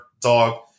dog